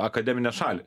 akademinę šalį